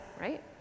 right